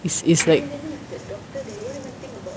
is is like